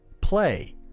play